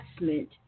investment